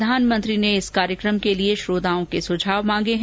प्रधानमंत्री ने इस कार्यक्रम के लिए श्रोताओं के सुझाव मांगे हैं